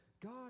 God